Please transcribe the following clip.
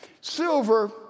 Silver